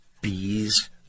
bees